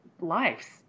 lives